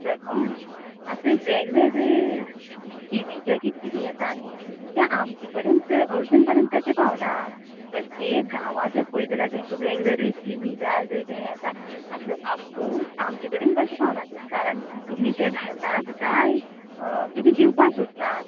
सरपंच आता वेगवेगळे स्कीमी जे किते किते येता न्ही ते आमचे पर्यंत अजून कशे पावना प्रत्येक गांवान जर पळयत जाल्यार तांका वेगवेगळी स्कीमी जाय जायते येता आता आमकां आमचे कडेन कशे पावना ते तुमी ते धाडनात काय तुमी ते दिवपाक सोदिनात